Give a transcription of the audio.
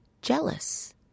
Jealous